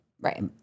Right